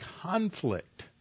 conflict